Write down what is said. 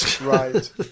Right